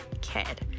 kid